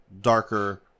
darker